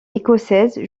écossaise